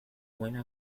buena